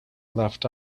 left